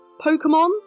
Pokemon